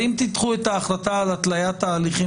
ואם תידחו את ההחלטה על התליית ההליכים